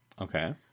Okay